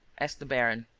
asked the baron.